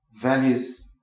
values